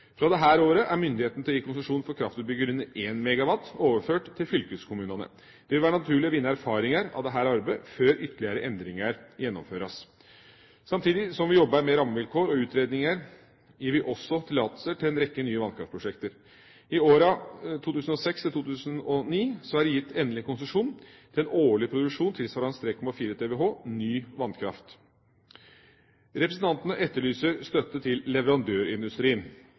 Fra dette året er myndigheten til å gi konsesjon for kraftutbygginger under 1 MW overført til fylkeskommunene. Det vil være naturlig å vinne erfaringer av dette arbeidet før ytterligere endringer gjennomføres. Samtidig som vi jobber med rammevilkår og utredninger, gir vi også tillatelser til en rekke nye vannkraftprosjekter. I årene 2006–2009 er det gitt endelig konsesjon til en årlig produksjon tilsvarende 3,4 TWh ny vannkraft. Representantene etterlyser støtte til leverandørindustrien.